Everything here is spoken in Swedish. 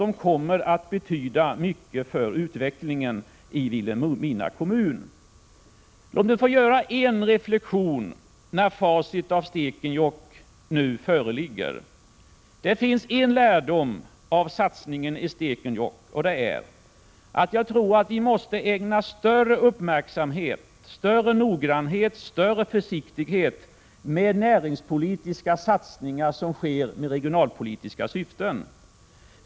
De kommer att betyda mycket för utvecklingen i Vilhelmina kommun. Låt mig få göra en reflexion, när facit beträffande Stekenjokk nu föreligger. Det finns en lärdom man kan dra av satsningen i Stekenjokk, och det är att vi måste visa större uppmärksamhet, större noggrannhet och större försiktighet beträffande näringspolitiska satsningar som sker med regionalpolitiska syften.